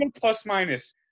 plus-minus